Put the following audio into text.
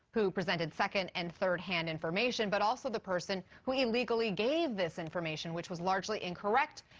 who presented second and third-hand information, but also the person who illegally gave this information, which was largely incorrect,